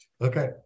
Okay